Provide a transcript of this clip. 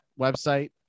website